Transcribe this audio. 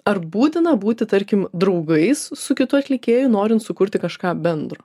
ar būtina būti tarkim draugais su kitu atlikėju norint sukurti kažką bendro